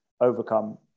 overcome